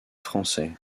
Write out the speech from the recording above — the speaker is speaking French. français